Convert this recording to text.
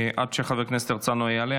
עד שחבר הכנסת הרצנו יעלה,